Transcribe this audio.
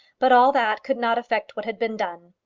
but all that could not affect what had been done.